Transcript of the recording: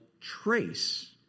trace